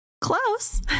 Close